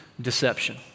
deception